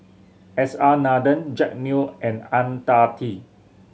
S R Nathan Jack Neo and Ang Tee